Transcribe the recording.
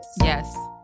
yes